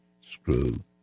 screw